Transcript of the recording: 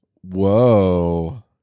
Whoa